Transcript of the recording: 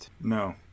No